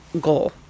goal